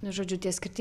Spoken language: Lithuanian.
nu žodžiu tie skirtin